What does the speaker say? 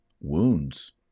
wounds